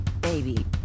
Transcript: baby